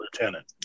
lieutenant